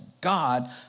God